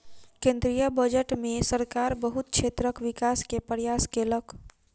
केंद्रीय बजट में सरकार बहुत क्षेत्रक विकास के प्रयास केलक